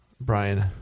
Brian